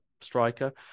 striker